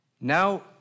Now